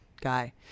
guy